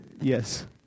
yes